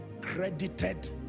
credited